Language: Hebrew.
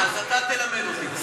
אה, אז אתה תלמד אותי.